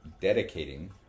dedicating